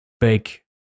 big